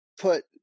put